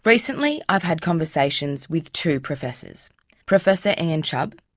recently i've had conversations with two professors professor and ian chubb,